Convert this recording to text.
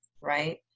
right